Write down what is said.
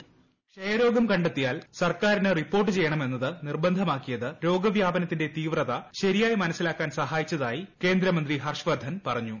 voice ക്ഷയരോഗം കണ്ടെത്തിയാൽ സർക്കാരിന് റിപ്പോർട്ട് ചെയ്യണമെന്നത് നിർബന്ധമാക്കിയത് രോഗവ്യാപനത്തിന്റെ തീവ്രത ശരിയായി മനസ്സിലാക്കാൻ സാധിച്ചതായി കേന്ദ്ര ആരോഗ്യമന്ത്രി ഹർഷ് വർധൻ പറഞ്ഞു